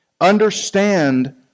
Understand